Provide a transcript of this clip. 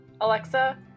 Alexa